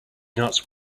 nuts